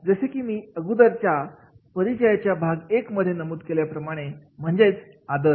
जसे की मी अगोदरच्या परिचयाच्या भाग 1 मध्ये नमूद केल्याप्रमाणे म्हणजेच आदर